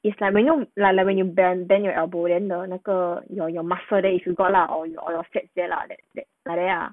it's like when you like like when you bend bend your elbow there then the 那个 your your muscle there you should got lah or your fat there lah that that like that lah